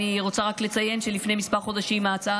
אני רוצה רק לציין שלפני כמה חודשים ההצעה